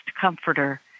comforter